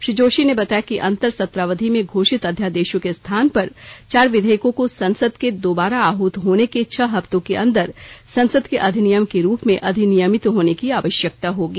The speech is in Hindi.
श्री जोशी ने बताया कि अंतर सत्रावधि में घोषित अध्यादेशों के स्थान पर चार विधेयकों को संसद के दोबारा आहूत होने के छह हफ्तों के अंदर संसद के अधिनियम के रूप में अधिनियमित होने की आवश्यकता होगी